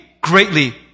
greatly